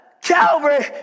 Calvary